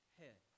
head